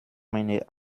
meine